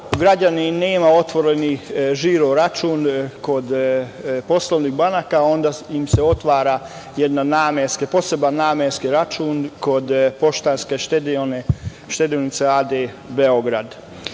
građanin nema otvoren žiro-račun kod poslovnih banaka, onda im se otvara poseban namenski račun kod „Poštanske štedionice“ a.d. Beograd,